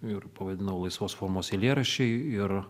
ir pavadinau laisvos formos eilėraščiai ir